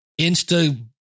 Insta